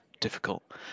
difficult